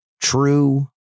true